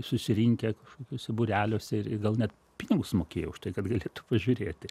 susirinkę kažkokiuose būreliuose ir ir gal net pinigus mokėjo už tai kad galėtų pažiūrėti